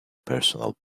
personal